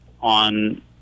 on